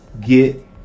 get